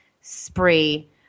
spree